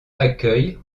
accueille